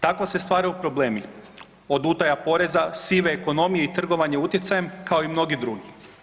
Tako se stvaraju problemi, od utaja poreza, sive ekonomije i trgovanje utjecajem, kao i mnogi drugi.